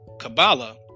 Kabbalah